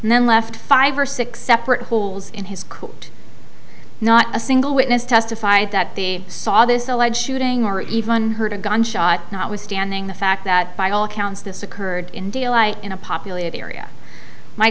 and then left five or six separate holes in his coat not a single witness testified that they saw this alleged shooting or even heard a gunshot notwithstanding the fact that by all accounts this occurred in daylight in a populated area my